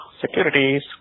securities